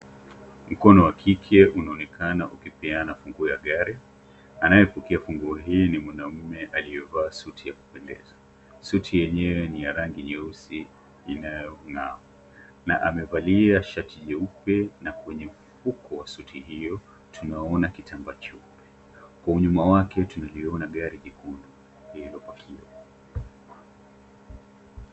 Mkono wa kike unaonekana ukipeana funguo ya gari, anayepokea funguo hii ni mwanaume aliyevaa suti ya kupendeza. Suti yenyewe ni ya rangi nyeusi inayong'aa. Na amevalia shati jeupe na kwenye mfuko wa suti hiyo tunaona kitambaa cheupe. Kwa unyuma wake tunaliona gari nyekundu lililopakiwa.